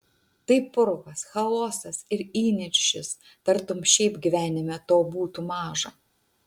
tai purvas chaosas ir įniršis tartum šiaip gyvenime to būtų maža